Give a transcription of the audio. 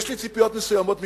יש לי ציפיות מסוימות מקדימה,